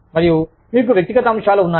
మరియు మీకు వ్యక్తిగత అంశాలు ఉన్నాయి